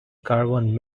caravan